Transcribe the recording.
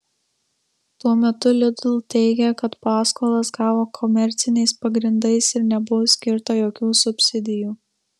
tuo metu lidl teigia kad paskolas gavo komerciniais pagrindais ir nebuvo skirta jokių subsidijų